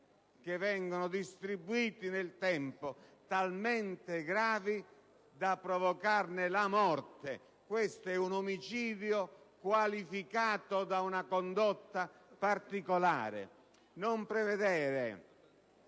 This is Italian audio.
che vengono distribuiti nel tempo, talmente gravi da provocare la morte della vittima. Questo è un omicidio qualificato da una condotta particolare.